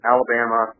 Alabama